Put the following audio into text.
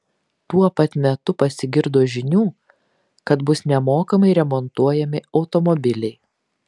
tuo pat metu pasigirdo žinių kad bus nemokamai remontuojami automobiliai